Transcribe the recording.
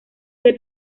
ser